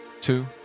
Two